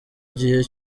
gihe